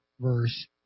verse